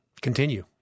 Continue